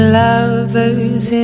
lovers